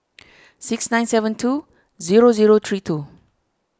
six nine seven two zero zero three two